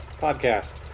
podcast